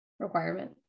Requirement